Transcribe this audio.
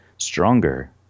Stronger